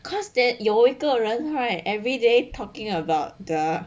cause then 有一个人 right every day talking about the